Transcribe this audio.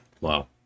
Wow